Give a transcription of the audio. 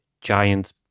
giant